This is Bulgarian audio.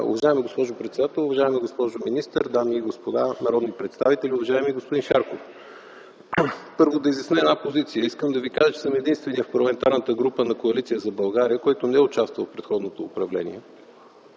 Уважаема госпожо председател, уважаема госпожо министър, дами и господа народни представители! Уважаеми господин Шарков, първо да изясня една позиция. Искам да ви кажа, че съм единственият в Парламентарната група на Коалиция за България, който не е участвал в предходното управление.